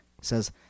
says